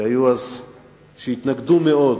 שהתנגדו מאוד